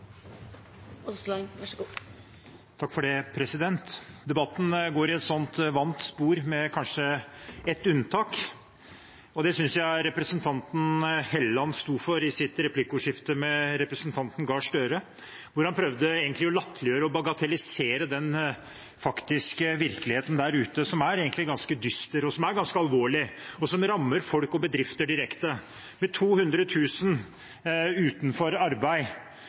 det synes jeg representanten Helleland sto for i sitt replikkordskifte med representanten Gahr Støre, hvor han prøvde å latterliggjøre og bagatellisere den faktiske virkeligheten der ute, som er ganske dyster, som er ganske alvorlig, og som rammer folk og bedrifter direkte. Når 200 000 er utenfor arbeid